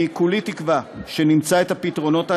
אני כולי תקווה שנמצא את הפתרונות הנכונים,